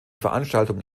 veranstaltung